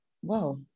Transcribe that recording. Whoa